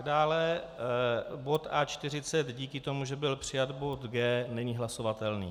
Dále bod A40 díky tomu, že byl přijat bod G, není hlasovatelný.